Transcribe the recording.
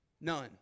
None